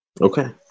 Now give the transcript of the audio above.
Okay